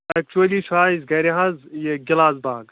actually چھُ اَسہِ گَرِ حظ یہِ گِلاس باغ